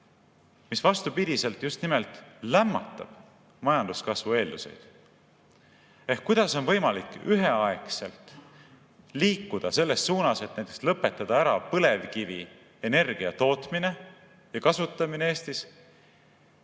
mis vastupidiselt just nimelt lämmatab majanduskasvu eeldusi. Kuidas on võimalik üheaegselt liikuda selles suunas, et lõpetada Eestis ära põlevkivienergia tootmine ja kasutamine,